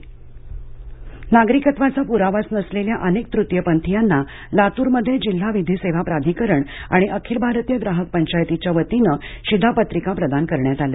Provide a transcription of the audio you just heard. लातूर तुतीय पंथीय नागरिकत्वाचा पुरावाच नसलेल्या अनेक तृतीय पंथीयांना लातूरमध्ये जिल्हा विधीसेवा प्राधिकरण आणि अखिल भारतीय ग्राहक पंचायतीच्या वतीने शिधापत्रिका प्रदान करण्यात आल्या